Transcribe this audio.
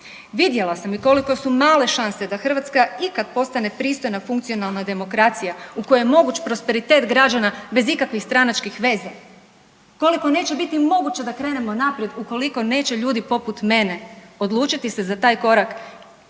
Vidjela sam i koliko su male šanse da Hrvatska ikad postane pristojna, funkcionalna demokracija u kojoj je moguć prosperitet građana bez ikakvih stranačkih veza, koliko neće biti moguće da krenemo naprijed ukoliko neće ljudi poput mene odlučiti se za taj korak,